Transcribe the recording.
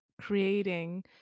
creating